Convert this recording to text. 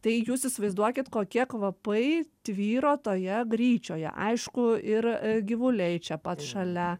tai jūs įsivaizduokit kokie kvapai tvyro toje gryčioje aišku ir gyvuliai čia pat šalia